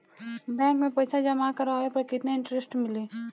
Bank में पईसा जमा करवाये पर केतना इन्टरेस्ट मिली?